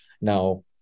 now